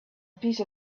piece